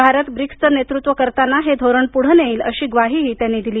भारत ब्रिक्सचे नेतृत्व करताना हे धोरण पुढे नेईल अशी ग्वाही त्यांनी दिली